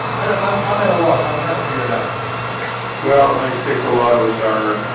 i don't know, i'm i'm at a loss. i'm trying to figure it out with you. mcdermott well, i think a lot of us are,